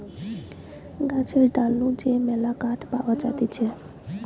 গাছের ডাল নু যে মেলা কাঠ পাওয়া যাতিছে